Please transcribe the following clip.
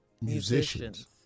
musicians